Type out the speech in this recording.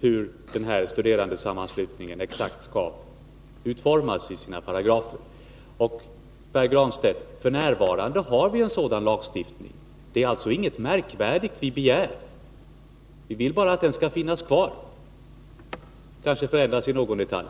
för studerandesammanslutningen exakt skall utformas i sina paragrafer. Och, Pär Granstedt, f. n. har vi en sådan lagstiftning. Det är alltså inget märkvärdigt vi begär. Vi vill bara att den skall finnas kvar, kanske förändras i någon detalj.